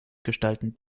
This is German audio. gestalten